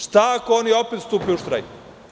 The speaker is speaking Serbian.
Šta ako oni opet stupe u štrajk?